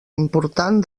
important